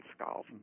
skulls